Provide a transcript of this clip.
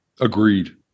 agreed